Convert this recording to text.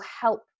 help